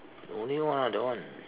no need [one] lah that one